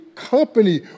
Company